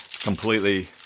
completely